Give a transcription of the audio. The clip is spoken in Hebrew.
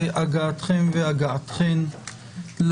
בוקר טוב לכולם, תודה על הגעתכם והגעתכן לדיון,